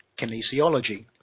kinesiology